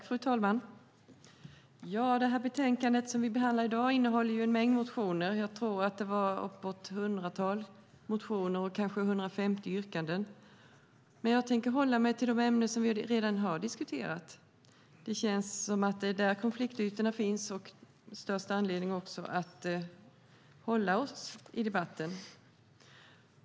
Fru talman! I dagens betänkande behandlas uppemot 100 motioner och 150 yrkanden. Jag tänker dock hålla mig till de ämnen som vi redan har debatterat. Det är där konfliktytorna finns, och därför är det störst anledning att hålla sig till dem i debatten.